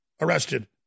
arrested